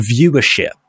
viewership